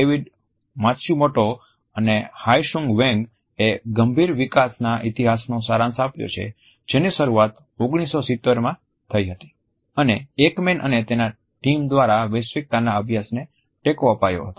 David Matsumoto અને Hyi Sung Hwang એ ગંભીર વિકાસના ઇતિહાસનો સારાંશ આપ્યો છે જેની શરૂઆત 1970માં થઈ હતી અને એકમન અને તેના ટીમ દ્વારા વૈશ્વિકતાના અભ્યાસને ટેકો અપાયો હતો